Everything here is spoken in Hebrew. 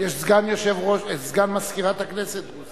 יש סגן מזכירת הכנסת דרוזי.